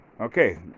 okay